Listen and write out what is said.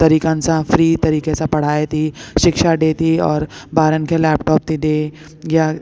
तरीक़नि सां फ्री तरीक़े पढ़ाए थी शिक्षा ॾिए थी और ॿारनि खे लैपटॉप थी ॾिए या